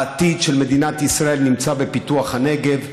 העתיד של מדינת ישראל נמצא בפיתוח הנגב,